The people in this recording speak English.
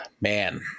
Man